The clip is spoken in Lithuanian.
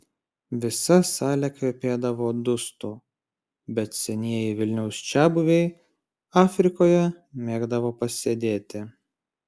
visa salė kvepėdavo dustu bet senieji vilniaus čiabuviai afrikoje mėgdavo pasėdėti